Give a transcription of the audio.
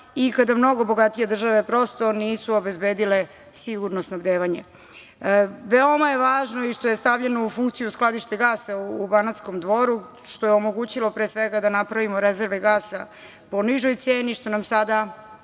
i kada mnogo bogatije države prosto nisu obezbedile sigurno snabdevanje. Veoma je važno i što je stavljeno u funkciju skladište gasa u Banatskom Dvoru, što je omogućilo pre svega da napravimo rezerve gasa po nižoj ceni, što nam sada